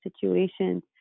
situations